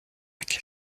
est